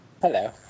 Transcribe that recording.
Hello